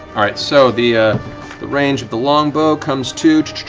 all right, so the ah the range of the longbow comes to